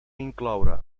incloure